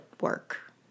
work